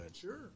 Sure